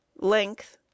Length